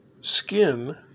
skin